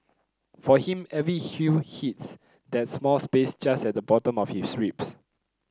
for him every hue hits that small space just at the bottom of his ribs